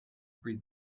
breed